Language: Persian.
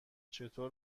چطور